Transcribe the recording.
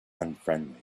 unfriendly